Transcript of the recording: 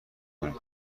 کنید